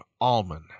Almond